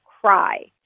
cry